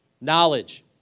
Knowledge